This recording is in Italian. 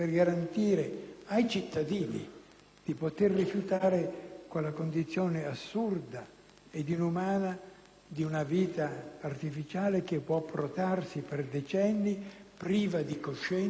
di poter rifiutare quella condizione assurda ed inumana di una vita artificiale, che può protrarsi per decenni, priva di coscienza e di attività cerebrale.